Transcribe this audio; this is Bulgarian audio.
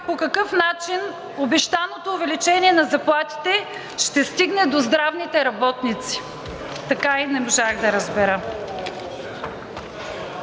по какъв начин обещаното увеличение на заплатите ще стигне до здравните работници, така и не можах да разбера?